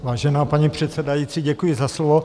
Vážená paní předsedající, děkuji za slovo.